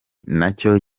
nacyo